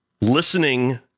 listening